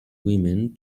women